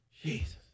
Jesus